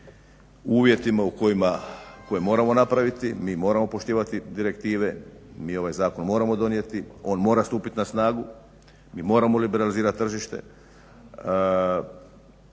uvjetima u kojima moramo napraviti. Mi moramo poštivati direktive, mi ovaj zakon moramo donijeti, on mora stupiti na snagu, mi moramo liberalizirati tržište